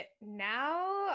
now